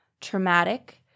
traumatic